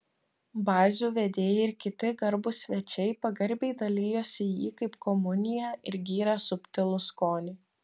bazių vedėjai ir kiti garbūs svečiai pagarbiai dalijosi jį kaip komuniją ir gyrė subtilų skonį